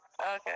Okay